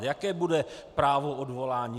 Jaké bude právo odvolání?